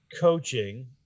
coaching